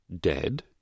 Dead